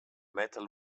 metal